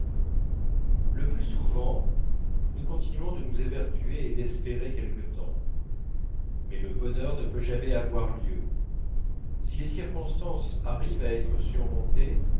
le plus souvent nous continuons de nous évertuer et d'espérer quelque temps mais le bonheur ne peut jamais avoir lieu si les circonstances arrivent à être surmontées